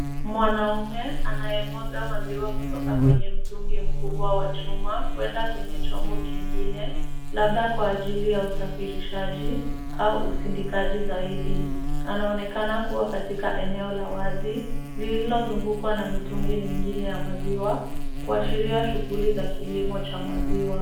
Mwanaume anayemwaga maziwa kutoka kwenye mtungi mkubwa cha chuma kwenda kwenye chombo kingine labda kwa ajili ya usafirishaji au usindikaji zaidi. Anaonekana kuwa katika eneo la wazi lililozungukwa na mitungi mingine ya maziwa kuashiria shughuli za kilimo cha maziwa.